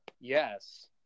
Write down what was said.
yes